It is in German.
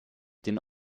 den